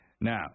Now